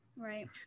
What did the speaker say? Right